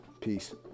Peace